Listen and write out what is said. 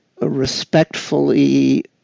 respectfully